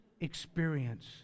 experience